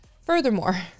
furthermore